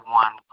one